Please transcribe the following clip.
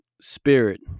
spirit